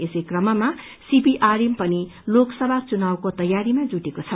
यसै कममा सीपीआरएम पनि लोक सभा चुनावको तैयारीमा जुटेको छ